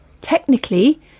Technically